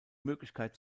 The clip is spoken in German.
möglichkeit